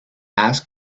asked